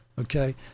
okay